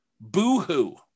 Boo-hoo